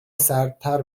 سردتر